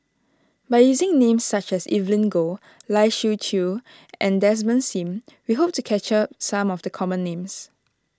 by using names such as Evelyn Goh Lai Siu Chiu and Desmond Sim we hope to capture some of the common names